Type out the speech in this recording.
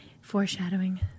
foreshadowing